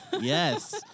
Yes